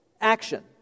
action